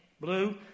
Blue